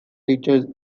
teachers